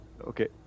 Okay